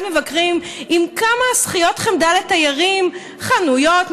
מבקרים עם כמה שכיות חמדה לתיירים: חנויות,